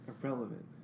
Irrelevant